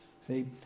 See